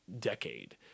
decade